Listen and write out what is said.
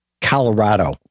Colorado